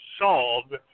solved